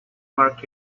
market